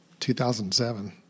2007